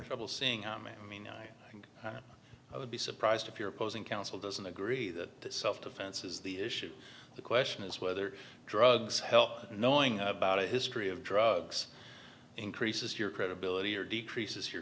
trouble seeing how many i mean i think i would be surprised if your opposing counsel doesn't agree that self defense is the issue the question is whether drugs help knowing about a history of drugs increases your credibility or decreases your